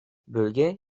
bölge